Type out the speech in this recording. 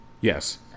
Yes